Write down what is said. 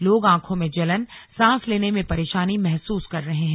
लोग आंखों में जलन सांस लेने में परेशानी महसूस कर रहे हैं